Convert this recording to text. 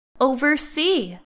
oversee